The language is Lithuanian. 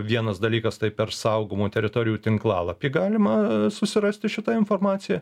vienas dalykas tai per saugomų teritorijų tinklalapį galima susirasti šitą informaciją